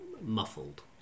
muffled